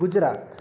Gujarat